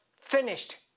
finished